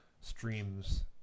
streams